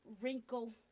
wrinkle